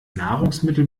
nahrungsmittel